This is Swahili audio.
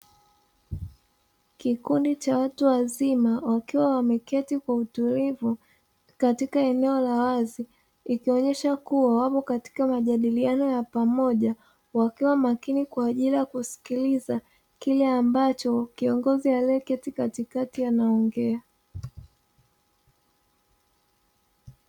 Kikundi cha watu wazima wakiwa wameketi kwa utulivu katika eneo la wazi, ikionyesha kuwa wapo katika majadiliano ya pamoja. Wakiwa makini kwa ajili ya kusikiliza kile ambacho kiongozi aliyeketi katikati anaongea.